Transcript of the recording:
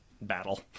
battle